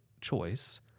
choice